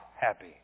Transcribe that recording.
happy